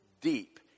deep